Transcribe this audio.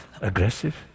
aggressive